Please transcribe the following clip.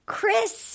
Chris –